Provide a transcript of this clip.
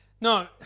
No